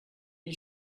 you